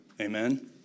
Amen